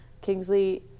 Kingsley